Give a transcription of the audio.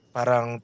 Parang